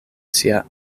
sia